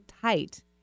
tight